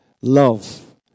Love